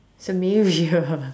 Samaria